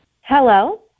Hello